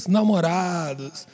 Namorados